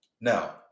Now